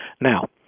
Now